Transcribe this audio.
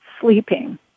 sleeping